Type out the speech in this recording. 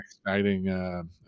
exciting